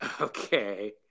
Okay